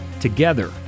together